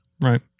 Right